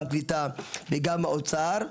גם קליטה וגם אוצר.